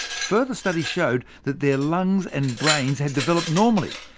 further study showed their lungs and brains had developed normally.